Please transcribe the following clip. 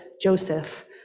Joseph